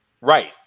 Right